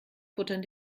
futtern